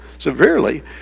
Severely